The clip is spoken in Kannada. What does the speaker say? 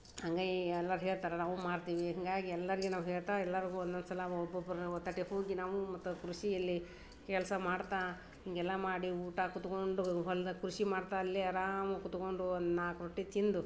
ಹಂಗಾಗ್ ಎಲ್ಲರು ಹೇಳ್ತಾರೆ ನಾವು ಮಾಡ್ತೀವಿ ಹಾಗಾಗಿ ಎಲ್ಲರಿಗೆ ನಾವು ಹೇಳ್ತಾ ಎಲ್ಲರಿಗೂ ಒಂದೊಂದು ಸಲ ಒಬ್ಬ ಒಬ್ರನ್ನ ಹೊತ್ತು ಅಟ್ಟಿ ಹೂಗಿ ನಾವೂ ಮತ್ತು ಕೃಷಿಯಲ್ಲಿ ಕೆಲಸ ಮಾಡ್ತಾ ಹೀಗೆಲ್ಲ ಮಾಡಿ ಊಟ ಕೂತ್ಕೊಂಡು ಹೊಲ್ದಾಗ ಕೃಷಿ ಮಾಡ್ತಾ ಅಲ್ಲೇ ಆರಾಮ್ ಕೂತ್ಕೊಂಡು ಒಂದು ನಾಲ್ಕು ರೊಟ್ಟಿ ತಿಂದು